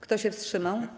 Kto się wstrzymał?